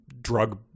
drug